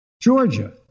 Georgia